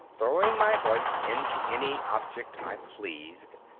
throwing my voice into any object i pleased,